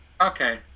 Okay